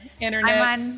internet